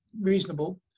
reasonable